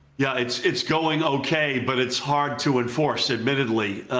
yeah, it's it's going okay, but it's hard to enforce admittedly,